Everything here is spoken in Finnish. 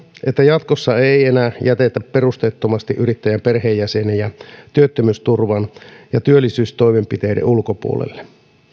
että jatkossa ei enää jätetä perusteettomasti yrittäjän perheenjäseniä työttömyysturvan ja työllisyystoimenpiteiden ulkopuolelle